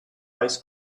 ice